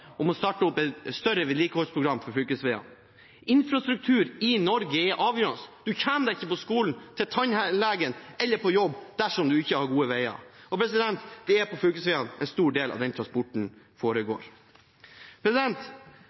om å starte opp et større vedlikeholdsprogram for fylkesveiene. Infrastruktur i Norge er avgjørende. Man kommer seg ikke på skolen, til tannlegen eller på jobb dersom man ikke har gode veier. Det er på fylkesveiene en stor del av den transporten foregår.